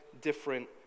different